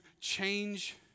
change